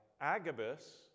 Agabus